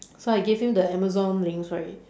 so I give him the Amazon links right